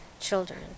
children